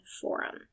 Forum